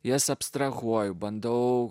jas abstrahuoju bandau